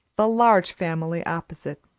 the large family opposite.